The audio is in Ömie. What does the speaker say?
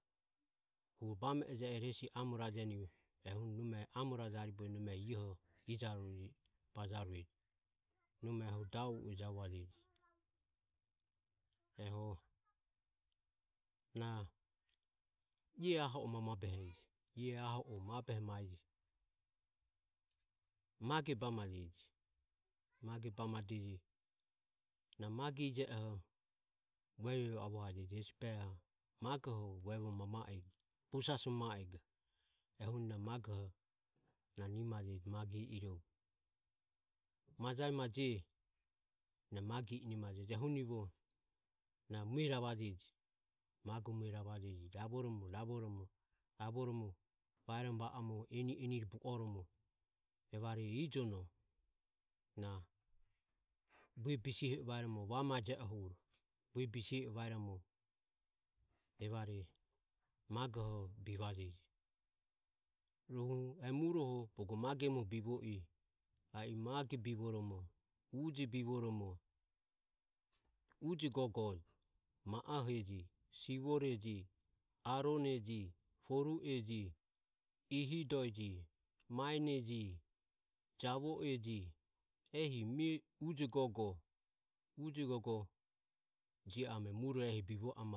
Nome amoro javue ero eho ijarueje e ioho aho obehe mabehe mae na mage ije oho vuevemajeji hesi behoho magoho vuevoma e busaso ma e ehuro na nimajeji majae maje mage i iro ehunivo magu mue ravoromo, ravoromo baeromo va oromo enire enire bu oromo evare ijono na bue bisiho e vaeromo evare magoho bivaje rohu e muroho bogo mage muoho bivo i a i uje gogoji, ma oheji. sivoreji, aroneji, ihidoeji, javo e ji, uje gogo jio ame mure ehi bivo amarueje.